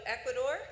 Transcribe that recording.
Ecuador